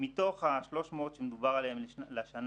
מתוך ה-300 מיליון שמדובר עליהם לשנה